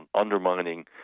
undermining